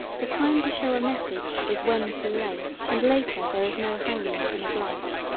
the time to show a message is when too late and later there is no hanging in a blight.